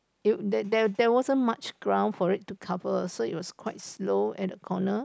there there there wasn't much ground for it cover so it was quite slow at the corner